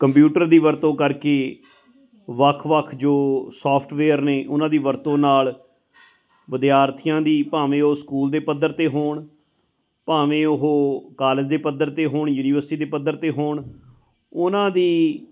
computer ਦੀ ਵਰਤੋਂ ਕਰਕੇ ਵੱਖ ਵੱਖ ਜੋ ਸੋਫਟਵੇਅਰ ਨੇ ਉਹਨਾਂ ਦੀ ਵਰਤੋਂ ਨਾਲ ਵਿਦਿਆਰਥੀਆਂ ਦੀ ਭਾਵੇਂ ਉਹ ਸਕੂਲ ਦੇ ਪੱਧਰ 'ਤੇ ਹੋਣ ਭਾਵੇਂ ਉਹ ਕਾਲਜ ਦੇ ਪੱਧਰ 'ਤੇ ਹੋਣ ਯੂਨੀਵਰਸਿਟੀ ਦੇ ਪੱਧਰ 'ਤੇ ਹੋਣ ਉਹਨਾਂ ਦੀ